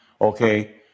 okay